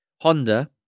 Honda